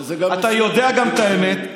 אתה גם יודע את האמת.